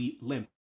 limp